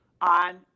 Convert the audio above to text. on